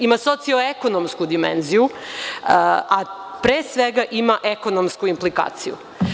Ima socio-ekonomsku dimenziju, a pre svega ima ekonomsku implikaciju.